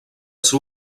seu